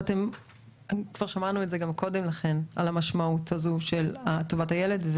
כבר שמענו קודם לכן על המשמעות הזאת של טובת הילד,